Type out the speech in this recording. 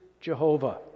Jehovah